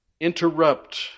interrupt